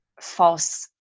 false